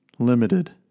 limited